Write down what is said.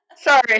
Sorry